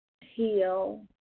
heal